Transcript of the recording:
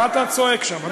מה אתה צועק שם?